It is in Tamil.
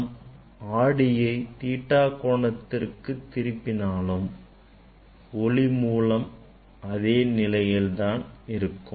நாம் ஆடியை theta கோணத்திற்கு திருப்பினாலும் ஒளிமூலம் அதே நிலையில் இருக்கும்